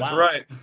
um right.